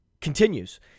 Continues